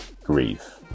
grief